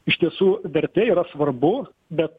iš tiesų vertė yra svarbu bet